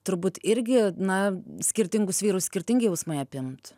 turbūt irgi na skirtingus vyrus skirtingi jausmai apimtų